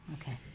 Okay